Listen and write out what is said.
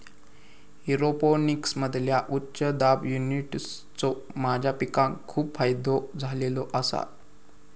एरोपोनिक्समधील्या उच्च दाब युनिट्सचो माझ्या पिकांका खूप फायदो झालेलो आसा